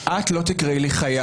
10:04) את לא תקראי לי חיה.